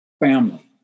Family